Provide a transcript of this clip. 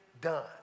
done